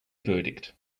verdict